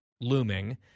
looming